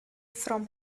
from